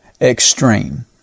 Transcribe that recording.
extreme